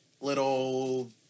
little